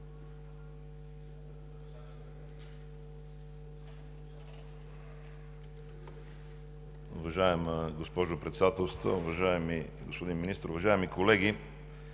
Уважаема госпожо Председател, уважаеми господин Министър, уважаеми колеги!